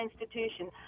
institution